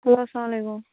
hello اسلام علیکُم